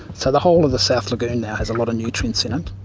so the whole of the south lagoon now has a lot of nutrients in it.